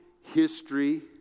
history